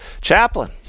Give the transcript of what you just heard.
chaplain